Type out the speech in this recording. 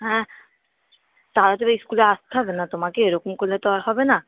হ্যাঁ তাহলে তবে স্কুলে আসতে হবে না তোমাকে এরকম করলে তো আর হবে না